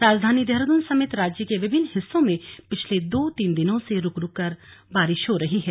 राजधानी देहरादून समेत राज्य के विभिन्न हिस्सों में पिछले दो तीन दिनों से रुक रुक कर बारिश हो रही है